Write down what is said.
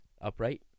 upright